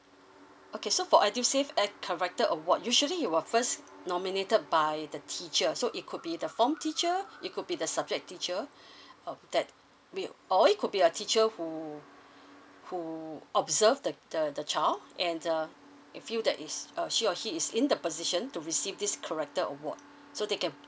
okay so for edusave uh character award usually you will first nominated by the teacher so it could be the form teacher it could be the subject teacher uh that be or it could be a teacher who who observe the the the child and uh he feel that is uh she or he is in the position to receive this character award so they can